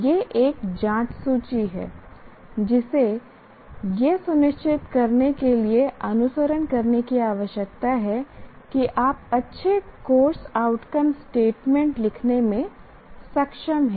यह एक जांच सूची है जिसे यह सुनिश्चित करने के लिए अनुसरण करने की आवश्यकता है कि आप अच्छे कोर्स आउटकम स्टेटमेंट लिखने में सक्षम हैं